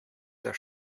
der